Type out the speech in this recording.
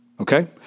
Okay